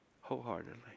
wholeheartedly